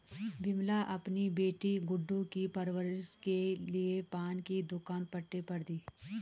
विमला अपनी बेटी गुड्डू की परवरिश के लिए पान की दुकान पट्टे पर दी